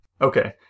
okay